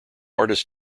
artist